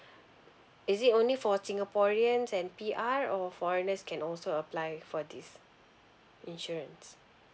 is it only for singaporeans and P_R or foreigners can also apply for this insurance